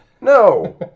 No